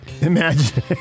Imagine